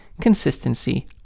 Consistency